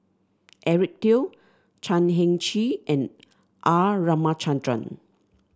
Eric Teo Chan Heng Chee and R Ramachandran